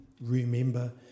remember